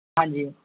ਹਾਂਜੀ